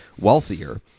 wealthier